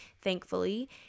thankfully